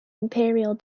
imperial